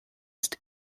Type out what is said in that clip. ist